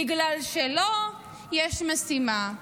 בגלל שלו יש משימה: